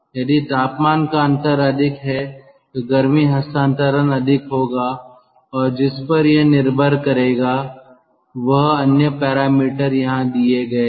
यदि तापमान का अंतर अधिक है तो गर्मी हस्तांतरण अधिक होगा और जिस पर यह निर्भर करेगा वह अन्य पैरामीटर यहां दिए गए हैं